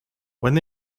when